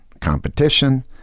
competition